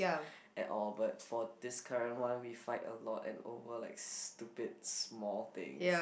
at all but for this current one we fight a lot and over like stupid small things